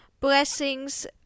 blessings